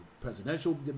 presidential